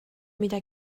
mida